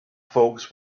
folks